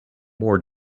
more